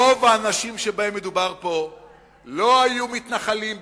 רוב האנשים שבהם מדובר פה לא היו מתנחלים בגוש-קטיף.